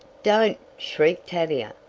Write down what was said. don't! shrieked tavia.